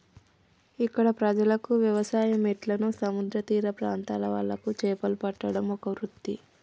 ఇక్కడ ప్రజలకు వ్యవసాయం ఎట్లనో సముద్ర తీర ప్రాంత్రాల వాళ్లకు చేపలు పట్టడం ఒక వృత్తి